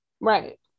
right